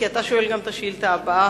כי אתה שואל גם את השאילתא הבאה.